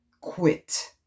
quit